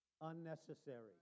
Unnecessary